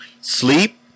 Sleep